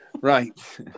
Right